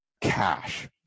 cash